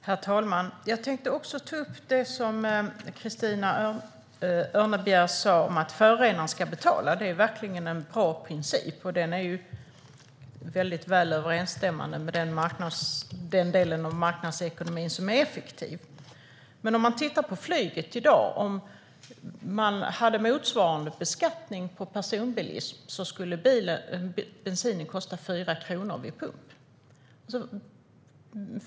Herr talman! Jag tänkte också ta upp det som Christina Örnebjär sa om att förorenaren ska betala. Det är verkligen en bra princip, och den är väl överensstämmande med den del av marknadsekonomin som är effektiv. Men låt oss titta på flyget. Om man har en motsvarande beskattning på personbilism som man har på flyget i dag skulle bensinen kosta 4 kronor vid pump.